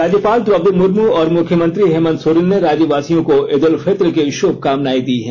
राज्यपाल द्रोपदी मुर्म और मुख्यमंत्री हेमंत सोरेन ने राज्यवासियों को ईल उल फित्र की शुभकामनाएं दी हैं